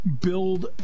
build